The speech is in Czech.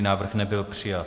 Návrh nebyl přijat.